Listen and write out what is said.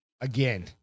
again